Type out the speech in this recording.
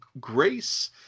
Grace